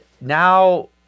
now-